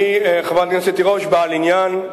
אני, חברת הכנסת תירוש, בעל עניין.